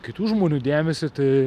kitų žmonių dėmesį tai